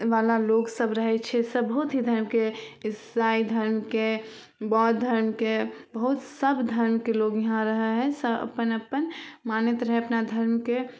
वला लोकसभ रहै छै सभ बहुत ही धर्मके ईसाई धर्मके बौद्ध धर्मके बहुत सब धर्मके लोक यहाँ रहै हइ सभ अपन अपन मानैत रहै अपना धर्मकेँ